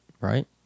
Right